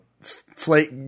flake